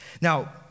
Now